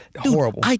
horrible